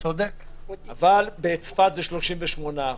ובין צפת שזה 38%,